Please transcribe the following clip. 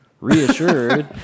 reassured